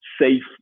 safe